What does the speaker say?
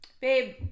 Babe